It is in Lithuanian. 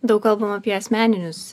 daug kalbam apie asmeninius